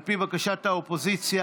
על פי ביקשת האופוזיציה,